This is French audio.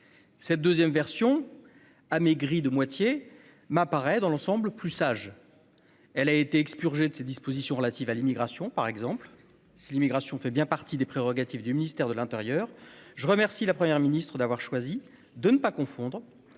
cette 2ème version amaigrie de moitié m'apparaît dans l'ensemble plus sage, elle a été expurgé de ses dispositions relatives à l'immigration par exemple si l'immigration fait bien partie des prérogatives du ministère de l'Intérieur, je remercie la première Ministre d'avoir choisi de ne pas confondre